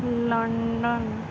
London